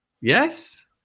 Yes